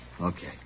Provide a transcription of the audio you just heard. Okay